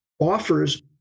offers